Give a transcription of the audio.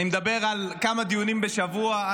אני מדבר על כמה דיונים בשבוע,